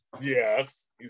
Yes